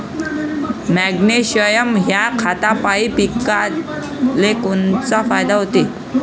Magnesium ह्या खतापायी पिकाले कोनचा फायदा होते?